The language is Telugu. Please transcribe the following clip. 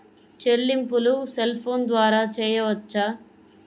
చెల్లింపులు సెల్ ఫోన్ ద్వారా చేయవచ్చా?